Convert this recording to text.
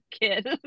kid